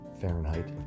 Fahrenheit